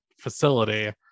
facility